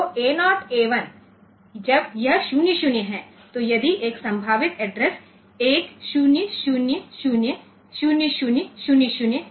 तो A 0 A 1 जब यह 00 है तो यदि एक संभावित एड्रेस 1000 0000 है